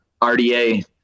RDA